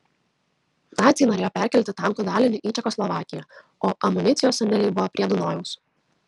naciai norėjo perkelti tankų dalinį į čekoslovakiją o amunicijos sandėliai buvo prie dunojaus